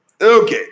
Okay